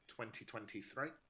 2023